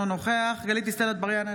אינו נוכח גלית דיסטל אטבריאן,